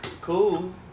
cool